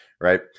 Right